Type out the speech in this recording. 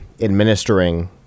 administering